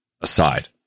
aside